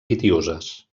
pitiüses